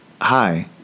Hi